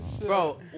bro